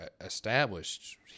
Established